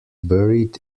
buried